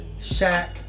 Shaq